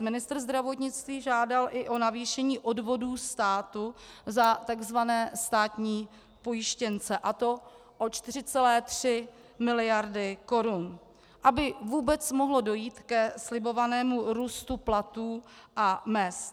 Ministr zdravotnictví žádal i o navýšení odvodů státu za tzv. státní pojištěnce, a to o 4,3 mld. korun, aby vůbec mohlo dojít ke slibovanému růstu platů a mezd.